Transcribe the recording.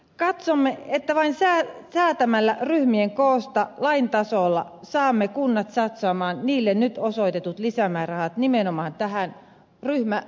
katsomme että vain säätämällä ryhmien koosta lain tasolla saamme kunnat satsaamaan niille nyt osoitetut lisämäärärahat nimenomaan tähän ryhmäkoko ja oppilashuoltotarkoitukseen